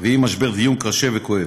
ועם משבר דיור קשה וכואב.